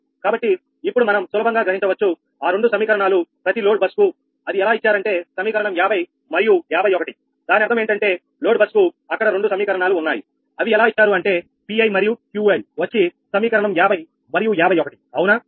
కాబట్టి ఇప్పుడు మనం సులభంగా గ్రహించవచ్చు ఆ రెండు సమీకరణాలు ప్రతి లోడ్ బస్ కు అది ఎలా ఇచ్చారంటే సమీకరణం 50 మరియు 51 దాని అర్థం ఏంటంటే లోడ్ బస్సు కు అక్కడ రెండు సమీకరణాలు ఉన్నాయి అవి ఎలా ఇచ్చారు అంటే 𝑃i మరియు 𝑄i వచ్చి సమీకరణం 50 మరియు 51 అవునా